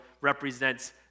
represents